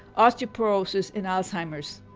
osteoporosis and alzheimer's.